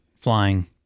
flying